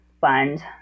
fund